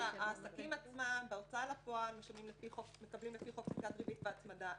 העסקים עצמם בהוצאה לפועל מקבלים לפי חוק פסיקת ריבית והצמדה,